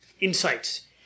insights